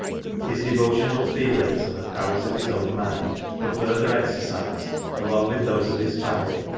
his devotional feelings and the powers of his own mind were further exercised, along with those of his family,